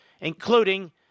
including